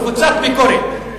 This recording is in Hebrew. קבוצת ביקורת.